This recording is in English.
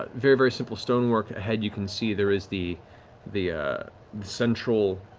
ah very, very simple stonework ahead, you can see there is the the ah central